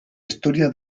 historia